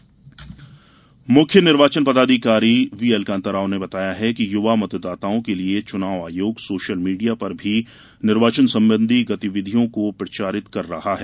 निर्वाचन आयुक्त मुख्य निर्वाचन पदाधिकारी व्हीएल कान्ता राव ने बताया है कि युवा मतदाताओं के लिये चुनाव आयोग सोशल मीडिया पर भी निर्वाचन संबंधी गतिविधियों को प्रचारित कर रहा है